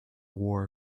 war